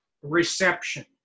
reception